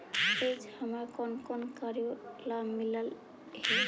hedge हमारा कौन कौन कार्यों ला मिलई हे